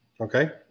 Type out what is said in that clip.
okay